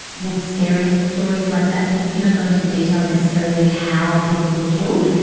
with scary stories like that you don't go into the details necessarily of how people were killed.